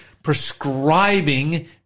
prescribing